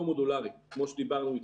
מודולרי, כמו שדיברנו איתך.